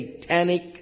satanic